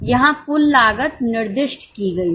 यहां कुल लागत निर्दिष्टकी गई है